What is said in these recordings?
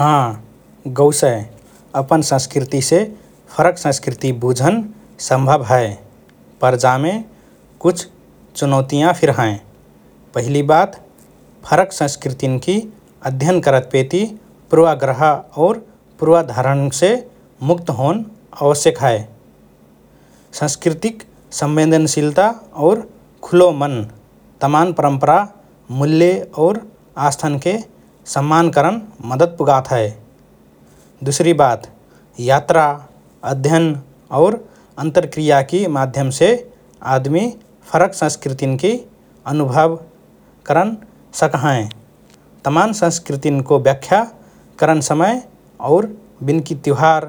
हाँ गौसए अपन संस्कृतिसे फरक संस्कृति बुझन सम्भव हए पर जामे कुछ चुनौतीयाँ फिर हएँ । पहिलि बात फरक संस्कृतिन्कि अध्ययन करत पेति पूर्वाग्रह और पूर्वधारणान्से मुक्त होन आवश्यक हए । सांस्कृतिक संवेदनशीलता और खुलो मन तमान् परम्परा, मूल्य और आस्थान्के सम्मान करन मद्दत पुगात हए । दुसरी बात यात्रा, अध्ययन और अन्तरक्रियाकि माध्यमसे आदमि फरक संस्कृतिन्कि अनुभव करन सक्हएँ । तमान् संस्कृतिन्को व्याख्या करन समय और बिनकि त्युहार,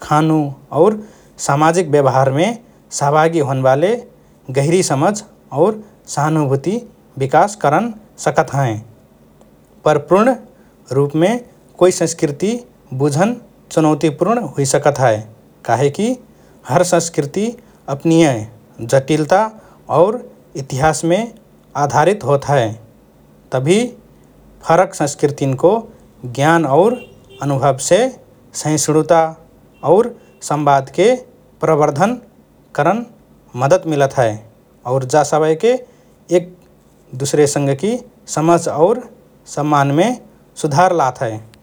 खानु और सामाजिक व्यवहारमे सहभागी होनबाले गहिरी समझ और सहानुभूति विकास करन सकतहएँ । पर पूर्ण रुपमे कोइ संस्कृति बुझन चुनौतिपूर्ण हुइ सकत हए । काहेकी हर संस्कृति अपनिए जटिलता और इतिहासमे आधारित होत हए । तभि फरक संस्कृतिन्को ज्ञान और अनुभवसे सहिष्णुता और संवादके प्रवद्र्धन करन मद्दत मिलत हए और जा सबएके एक दुसरेसँगकि समझ और सम्मानमे सुधार लात हए ।